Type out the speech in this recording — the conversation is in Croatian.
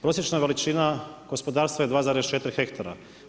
Prosječna veličina gospodarstva je 2,4 hektara.